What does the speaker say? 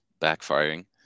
backfiring